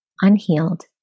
unhealed